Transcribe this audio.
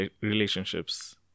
relationships